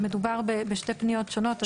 מדובר בשתי פניות שונות.